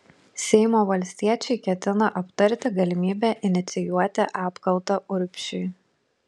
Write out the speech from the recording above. seimo valstiečiai ketina aptarti galimybę inicijuoti apkaltą urbšiui